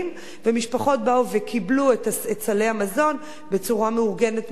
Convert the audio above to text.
ומשפחות באו וקיבלו את סלי המזון בצורה מאורגנת,